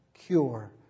cure